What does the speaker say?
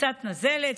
קצת נזלת,